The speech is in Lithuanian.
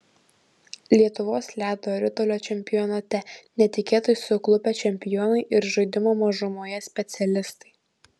lietuvos ledo ritulio čempionate netikėtai suklupę čempionai ir žaidimo mažumoje specialistai